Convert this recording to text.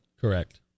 Correct